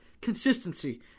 consistency